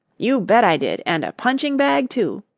you bet i did, and a punching bag, too.